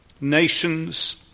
nations